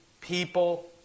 people